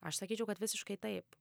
aš sakyčiau kad visiškai taip